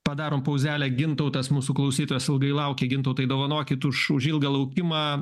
padarom pauzelę gintautas mūsų klausytojas ilgai laukė gintautai dovanokit už už ilgą laukimą